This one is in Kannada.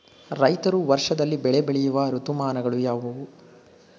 ರೈತರು ವರ್ಷದಲ್ಲಿ ಬೆಳೆ ಬೆಳೆಯುವ ಋತುಮಾನಗಳು ಯಾವುವು?